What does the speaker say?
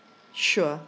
sure